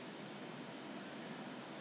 then on the route 也是可能 primary school